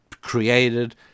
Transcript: created